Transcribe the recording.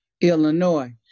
Illinois